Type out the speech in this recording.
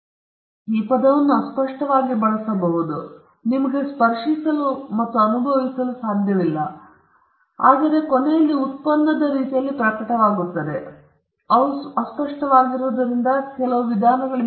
ನಾವು ಪದವನ್ನು ಅಸ್ಪಷ್ಟವಾಗಿ ಬಳಸಬಹುದು ಈ ಹಕ್ಕುಗಳು ಅಸ್ಪಷ್ಟವಾಗಿರುತ್ತವೆ ನಿಮಗೆ ಸ್ಪರ್ಶಿಸಲು ಮತ್ತು ಅನುಭವಿಸಲು ಸಾಧ್ಯವಿಲ್ಲ ಆದರೆ ಅವು ಕೊನೆಯಲ್ಲಿ ಉತ್ಪನ್ನದಲ್ಲಿ ಕೆಲವು ರೀತಿಯಲ್ಲಿ ಪ್ರಕಟವಾಗುತ್ತವೆ ಮತ್ತು ಅವು ಅಸ್ಪಷ್ಟವಾಗಿರುವುದರಿಂದ ಅವುಗಳು ಕೆಲವು ವಿಧಾನಗಳಿಂದ ವಿವರಿಸಬೇಕಾಗಿದೆ